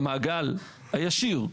במעגל הישיר,